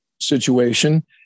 situation